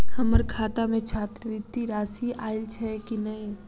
हम्मर खाता मे छात्रवृति राशि आइल छैय की नै?